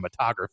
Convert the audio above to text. cinematography